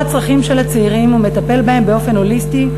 הצרכים של הצעירים ומטפל בהם באופן הוליסטי,